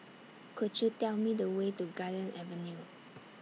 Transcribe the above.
Could YOU Tell Me The Way to Garden Avenue